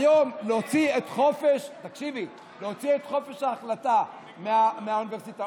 היום להוציא את חופש ההחלטה מהאוניברסיטאות,